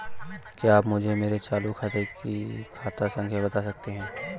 क्या आप मुझे मेरे चालू खाते की खाता संख्या बता सकते हैं?